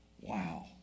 Wow